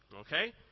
okay